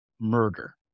murder